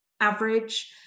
average